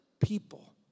people